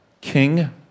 king